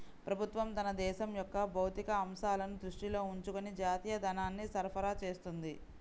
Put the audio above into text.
ప్రభుత్వం తన దేశం యొక్క భౌతిక అంశాలను దృష్టిలో ఉంచుకొని జాతీయ ధనాన్ని సరఫరా చేస్తుంది